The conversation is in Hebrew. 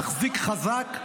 תחזיק חזק,